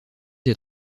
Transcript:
des